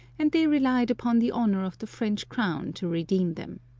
and they relied upon the honour of the french crown to redeem them.